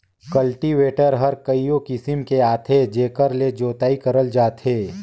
cultivator हर कयो किसम के आथे जेकर ले जोतई करल जाथे